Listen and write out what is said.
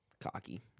Cocky